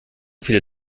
viele